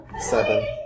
Seven